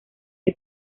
que